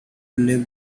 live